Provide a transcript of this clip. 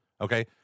Okay